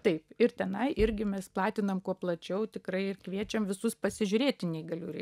taip ir tenai irgi mes platinam kuo plačiau tikrai ir kviečiam visus pasižiūrėti neįgaliųjų rei